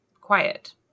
quiet